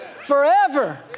Forever